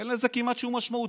אין לזה כמעט שום משמעות.